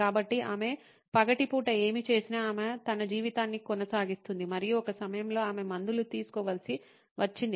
కాబట్టి ఆమె పగటిపూట ఏమి చేసినా ఆమె తన జీవితాన్ని కొనసాగిస్తుంది మరియు ఒక సమయంలో ఆమె మందులు తీసుకోవలసి వచ్చింది